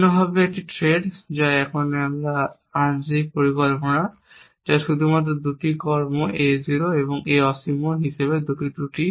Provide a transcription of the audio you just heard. অন্য একটি থ্রেড তাই এখন পর্যন্ত এই আংশিক পরিকল্পনা যা শুধুমাত্র 2 কর্ম A 0 এবং A অসীম হিসাবে 2 ত্রুটি